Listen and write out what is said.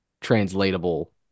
translatable